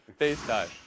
FaceTime